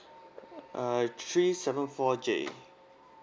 ah three seven four J